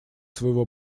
своего